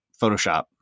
Photoshop